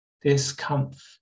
discomfort